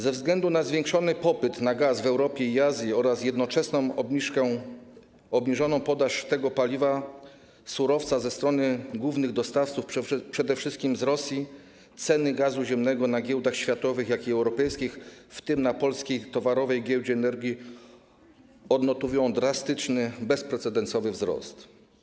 Ze względu na zwiększony popyt na gaz w Europie i Azji oraz jednoczesną obniżoną podaż tego paliwa, surowca ze strony głównych dostawców, przede wszystkim z Rosji, ceny gazu ziemnego na giełdach światowych, jak i europejskich, w tym na polskiej Towarowej Giełdzie Energii, odnotowują drastyczny, bezprecedensowy wzrost.